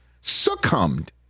succumbed